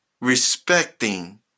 respecting